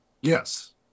Yes